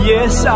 Yes